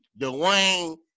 Dwayne